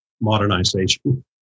modernization